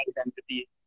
identity